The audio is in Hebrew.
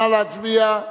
נא להצביע.